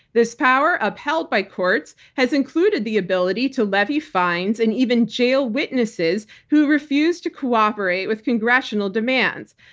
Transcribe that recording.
this power, upheld by courts, has included the ability to levy fines and even jail witnesses who refuse to cooperate with congressional demands,